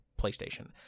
PlayStation